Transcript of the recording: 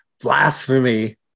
blasphemy